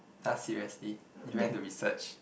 [huh] seriously you went to research